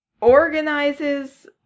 organizes